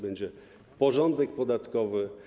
Będzie porządek podatkowy.